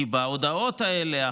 כי בהודעות האלה,